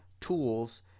tools